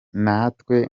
natwe